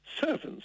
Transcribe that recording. servants